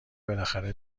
بالاخره